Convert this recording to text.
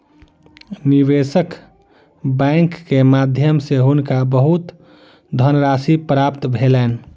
निवेशक बैंक के माध्यम सॅ हुनका बहुत धनराशि प्राप्त भेलैन